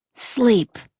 sleep